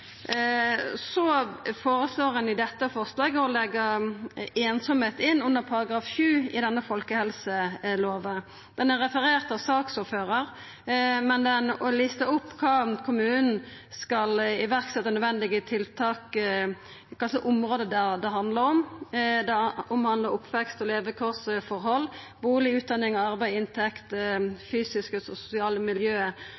Så føreslår ein i dette forslaget å leggja einsemd inn i § 7 i folkehelselova. Det er referert av saksordføraren, som har lista opp kva kommunen skal setja i verk av nødvendige tiltak, kva område det handlar om. Det handlar om oppvekst- og levekårsforhold, bustad, utdanning, arbeid, inntekt,